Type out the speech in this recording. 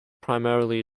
primarily